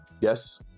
yes